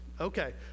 okay